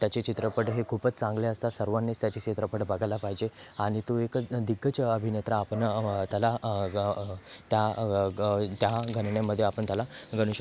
त्याचे चित्रपट हे खूपच चांगले असतात सर्वांनीच त्याचे चित्रपट बघायला पाहिजे आणि तो एकच दिग्गज अभिनेता आपण त्याला त्या गणनेमध्ये आपण त्याला गणू शक